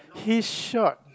kiss shark